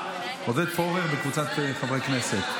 עודד פורר וקבוצת חברי הכנסת.